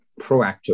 proactive